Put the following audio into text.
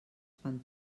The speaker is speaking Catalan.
fan